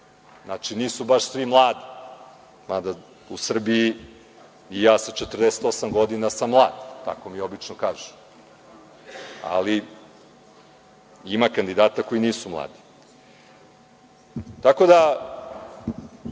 znači nisu baš svi mladi, mada u Srbiji i ja sa 48 godina sam mlad. Tako mi obično kažu. Ali, ima kandidata koji nisu mladi. Tako da,